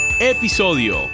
episodio